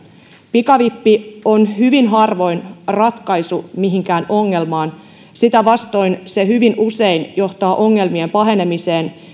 pikavippi on hyvin harvoin ratkaisu mihinkään ongelmaan sitä vastoin se hyvin usein johtaa ongelmien pahenemiseen